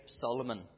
Solomon